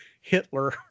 Hitler